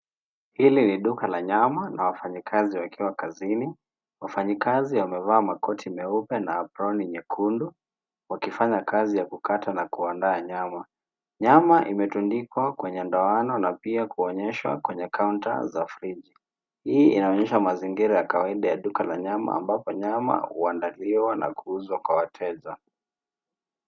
Hili ni duka la nyama na wafanyikazi wakiwa kazini. Wafanyikazi wamevaa makoti nyeupe na aproni nyekundu wakifanya kazi ya kukata na kuandaa nyama. Nyama imetundikwa kwenye ndoana na pia kuonyeshwa kwenye kaunta za friji. Hii inaonyesha mazingira ya kawaida ya duka la nyama ambapo nyama huandaliwa na kuuzwa kwa wateja.